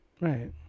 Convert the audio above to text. right